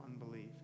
unbelief